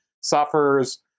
suffers